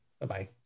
Bye-bye